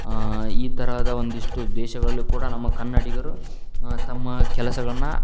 ಈ ತರಹದ ಒಂದಿಷ್ಟು ದೇಶಗಳಲ್ಲೂ ಕೂಡ ನಮ್ಮ ಕನ್ನಡಿಗರು ತಮ್ಮ ಕೆಲಸಗಳನ್ನು